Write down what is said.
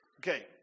okay